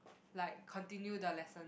like continue the lesson